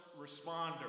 responder